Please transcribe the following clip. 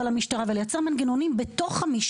יכול להיות שהוא יחליט להכניס את הסייג